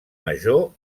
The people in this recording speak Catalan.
major